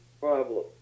problem